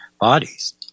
bodies